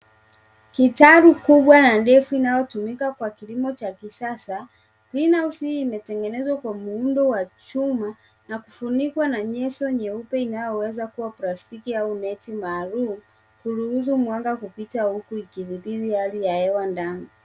Kitalu kubwa na ndefu inayotumika kwa kilimo cha kisasa. Greenhouse hii imetengenezwa kwa muundo wa chuma na kufunikwa na nyezo nyeupe inayoweza kuwa plastiki au neti maalum, huruhusu mwanga kupita huku ikidhibiti hali ya hewa ndani.